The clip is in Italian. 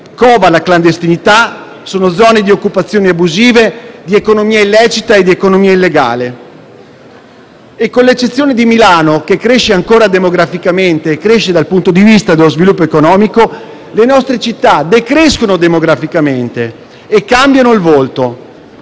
cova la clandestinità, sono zone di occupazioni abusive, di economia illecita e di economia illegale. Con l'eccezione di Milano, che cresce ancora demograficamente e cresce dal punto di vista dello sviluppo economico, le nostre città decrescono demograficamente e cambiano il volto.